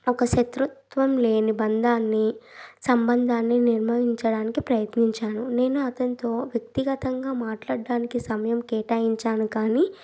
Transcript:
ఒక శత్రుత్వం లేని బంధాన్ని సంబంధాన్ని నిర్మహించడానికి ప్రయత్నించాను నేను అతనితో వ్యక్తిగతంగా మాట్లాడ్డానికి సమయం కేటాయించాను కానీ